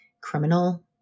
criminal